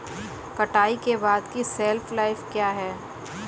कटाई के बाद की शेल्फ लाइफ क्या है?